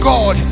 God